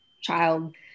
child